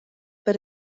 but